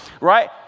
right